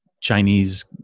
Chinese